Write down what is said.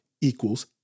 equals